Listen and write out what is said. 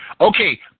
Okay